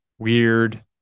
weird